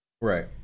Right